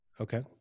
Okay